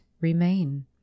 remain